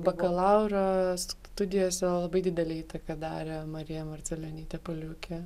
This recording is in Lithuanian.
bakalauro studijose labai didelę įtaką darė marija marcelionytė paliukė